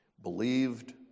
believed